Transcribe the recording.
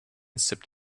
sipped